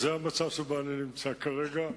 אז זה המצב שבו אני נמצא כרגע.